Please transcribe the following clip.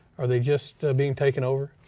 are they just being taken over?